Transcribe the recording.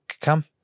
come